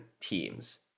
teams